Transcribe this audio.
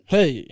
Hey